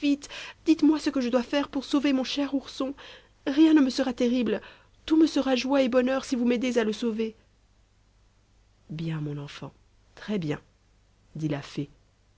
dites-moi ce que je dois faire pour sauver mon cher ourson rien ne me sera terrible tout me sera joie et bonheur si vous m'aidez à le sauver bien mon enfant très bien dit la fée